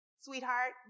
sweetheart